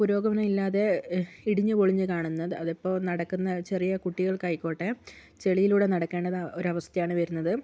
പുരോഗമനം ഇല്ലാതെ ഇടിഞ്ഞു പൊളിഞ്ഞു കാണുന്നത് അതിപ്പോൾ നടക്കുന്ന ചെറിയ കുട്ടികൾക്കായിക്കോട്ടെ ചെളിയിലൂടെ നടക്കേണ്ടുന്ന ഒരവസ്ഥയാണ് വരുന്നത്